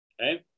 Okay